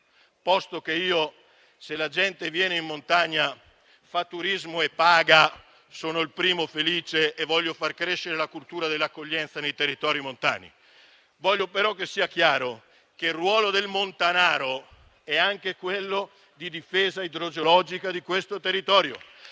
posto che io, se la gente viene in montagna a fare turismo e paga, sono il primo ad essere felice e voglio far crescere la cultura dell'accoglienza nei territori montani. Voglio, però, che sia chiaro che il ruolo del montanaro è anche quello di difesa idrogeologica di questo territorio: